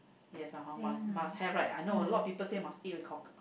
yes ah hor must must have right I know a lot of people say must eat with cock~